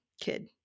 kid